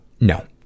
No